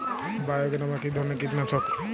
বায়োগ্রামা কিধরনের কীটনাশক?